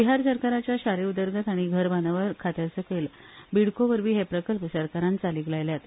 बिहार सरकाराच्या शारी उदरगत आनी घर बांदावळ खात्यासकयल बिडको वरवी हे प्रकल्प सरकारान चालिक लायल्यात